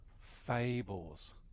fables